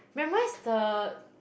memorise the